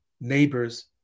neighbors